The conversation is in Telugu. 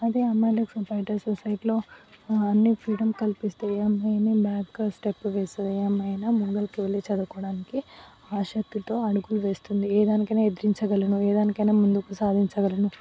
అదే అమ్మాయిలకి సొ బయట సొసైటీలో అన్నీ ఫ్రీడమ్ కలిపిస్తే ఏ అమ్మాయి అయినా బ్యాక్ స్టెప్ వేసే ఏ అమ్మాయి అయినా ముంగలకి వెళ్ళి చదువుకోవడానికి ఆసక్తితో అడుగు వేస్తుంది ఏదానికైనా ఎదిరించగలను ఏదానికైనా ముందుకు సాధించగలను